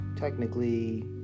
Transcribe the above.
technically